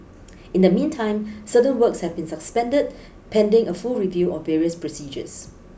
in the meantime certain works have been suspended pending a full review of various procedures